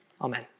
Amen